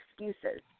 excuses